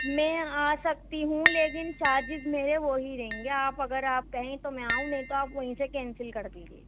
میں آ سکتی ہوں لیکن چارجز میرے وہی رہیں گے آپ اگر آپ کہیں تو میں آؤں نہیں تو آپ وہیں سے کینسل کر دیجیے